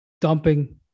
dumping